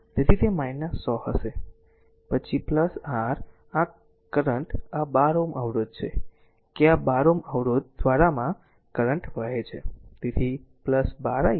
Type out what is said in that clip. તેથી તે 100 હશે પછી r આ કરંટ આ 12 Ω અવરોધ છે કે આ 12 ઓહ્મ અવરોધ દ્વારામાં કરંટ વહે છે તેથી 12 i